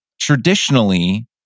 traditionally